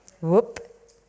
whoop